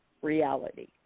Reality